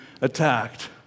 attacked